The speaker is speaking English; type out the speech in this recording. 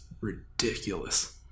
ridiculous